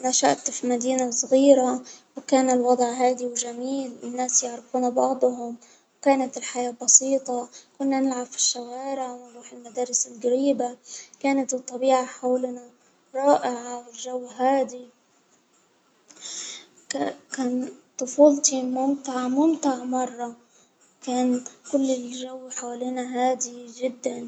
نشأت في مدينة صغيرة وكان الوضع هادي وجميل، الناس يعرفون بعضهم، كانت الحياة بسيطة، كنا نلعب في الشوارع ونروح المدارس الجريبة، كانت الطبيعة حولنا رائعة والجو هادي، كان طفولتي ممتعة ممتعة مرة كان الجو حوالينا هادي جدا.